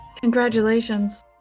Congratulations